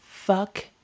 Fuck